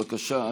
בבקשה,